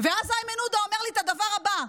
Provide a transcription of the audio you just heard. ואז איימן עודה אומר לי את הדבר הבא: